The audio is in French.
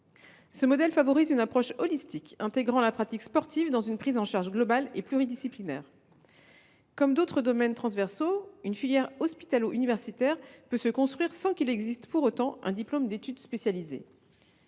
Ce modèle favorise une approche holistique, intégrant la pratique sportive dans une prise en charge globale et pluridisciplinaire. Comme dans d’autres domaines transversaux, une filière hospitalo universitaire peut se construire sans qu’il existe pour autant un diplôme d’études spécialisées.